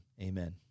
Amen